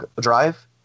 drive